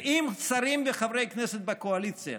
ואם שרים וחברי כנסת בקואליציה